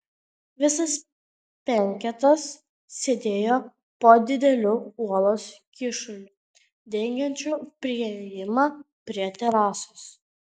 visas penketas sėdėjo po dideliu uolos kyšuliu dengiančiu priėjimą prie terasos